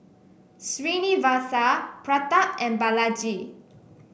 Srinivasa Pratap and Balaji